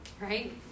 right